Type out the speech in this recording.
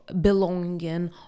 belonging